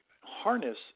harness